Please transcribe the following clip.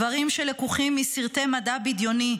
דברים שלקוחים מסרטי מדע בדיוני,